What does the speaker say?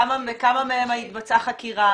בכמה התבצעה חקירה?